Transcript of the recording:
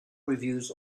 reviews